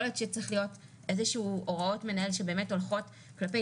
יכול להיות שצריכת להיות איזה שהן הוראות מנהל שבאמת הולכות כלפי